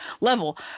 level